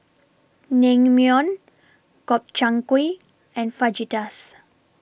Naengmyeon Gobchang Gui and Fajitas